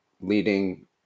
leading